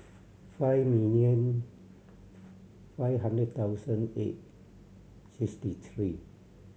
five million five hundred thousand eight sixty three